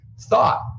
thought